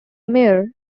mayor